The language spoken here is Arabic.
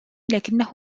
لكنه